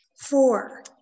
Four